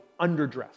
underdressed